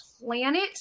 planet